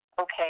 Okay